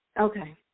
okay